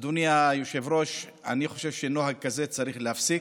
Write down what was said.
אדוני היושב-ראש, אני חושב שנוהג כזה צריך להפסיק.